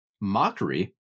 mockery